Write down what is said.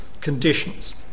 conditions